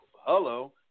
Hello